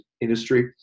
industry